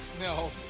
no